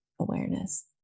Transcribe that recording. awareness